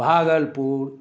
Bhagalpur